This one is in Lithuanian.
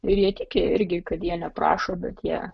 ir jie tiki kad jie neprašo bet jie